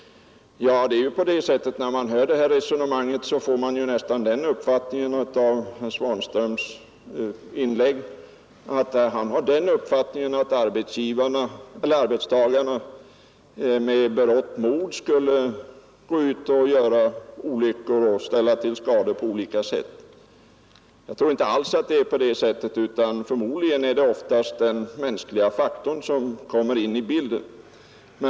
När man hör detta resonemang får man ju nästan den uppfattningen att herr Svanström anser att arbetstagarna med berått mod skulle ställa till olyckor och åstadkomma skador på olika sätt. Jag tror inte alls att det är så, utan förmodligen är det oftast den mänskliga faktorn som kommer in i bilden.